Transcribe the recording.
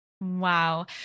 Wow